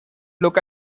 look